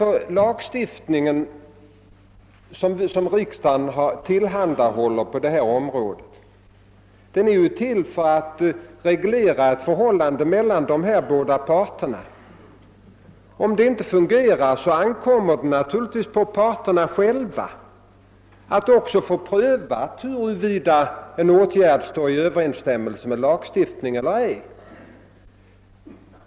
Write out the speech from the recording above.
Den lagstiftning som riksdagen genomfört på detta område avser ju att reglera förhållandet mellan arbetsmarknadsparterna. Om lagen inte tillgodoser detta syfte, ankommer det naturligtvis på parterna själva att pröva huruvida en åtgärd står i överensstämmelse med gällande lagstiftning eller ej.